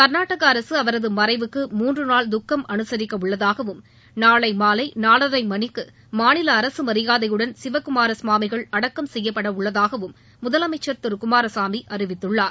கர்நாடக அரசு அவரது மறைவுக்கு மூன்று நாள் துக்கம் அனுசரிக்கப்பட உள்ளதாகவும் நாளை மாலை நாலரை மணிக்கு மாநில அரசு மரியாதையுடன் சிவக்குமார சுவாமிகள் அடக்கம் செய்யப்பட உள்ளதாகவும் முதலமைச்சர் திரு குமாரசாமி அறிவித்துள்ளார்